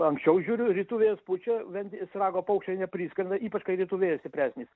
anksčiau žiūriu rytų vėjas pučia ventės rago paukščiai nepriskrenda ypač kai rytų vėjas stipresnis